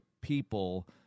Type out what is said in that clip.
people